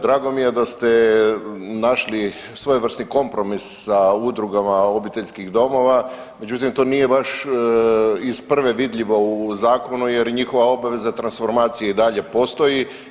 Drago mi je da ste našli svojevrsni kompromis sa udrugama obiteljskih domova, međutim to nije baš iz prve vidljivo u zakonu jer njihova obveza transformacije i dalje postoji.